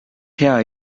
hea